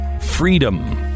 freedom